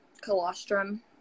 Colostrum